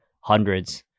hundreds